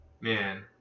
Man